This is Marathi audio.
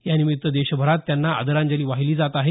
यानिमित्त देशभरात त्यांना आदरांजली वाहिली जात आहे